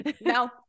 No